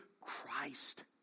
Christ